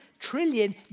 trillion